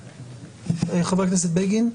חבר הכנסת בגין,